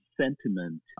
sentiment